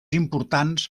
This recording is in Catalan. importants